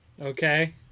Okay